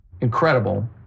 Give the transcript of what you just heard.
incredible